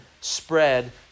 spread